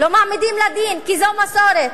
לא מעמידים לדין, כי זו מסורת.